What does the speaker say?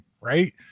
right